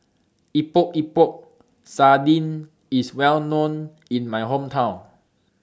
Epok Epok Sardin IS Well known in My Hometown